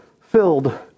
filled